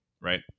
right